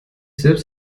selbst